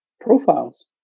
profiles